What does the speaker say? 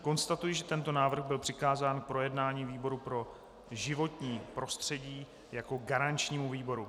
Konstatuji, že tento návrh byl přikázán k projednání výboru pro životní prostředí jako garančnímu výboru.